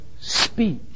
speech